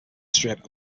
strip